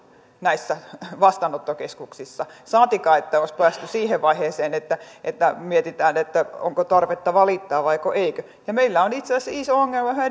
näissä vastaanottokeskuksissa saatikka että olisi päästy siihen vaiheeseen että että mietitään onko tarvetta valittaa vaiko ei ja meillä on itse asiassa iso ongelma yhä